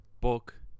book